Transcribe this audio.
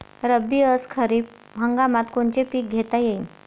रब्बी अस खरीप हंगामात कोनचे पिकं घेता येईन?